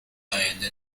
آینده